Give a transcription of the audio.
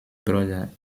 brother